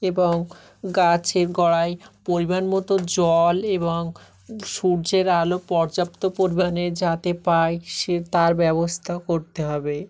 এবং গাছের গোড়ায় পরিমাণ মতো জল এবং সূর্যের আলো পর্যাপ্ত পরিমাণে যাতে পায় সে তার ব্যবস্থাও করতে হবে